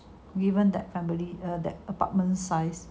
given that family that apartment size